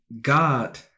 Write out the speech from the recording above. God